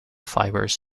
fibers